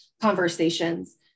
conversations